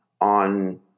on